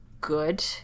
good